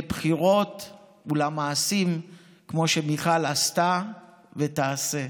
לבחירות ולמעשים כמו שמיכל עשתה ותעשה.